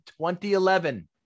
2011